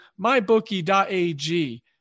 mybookie.ag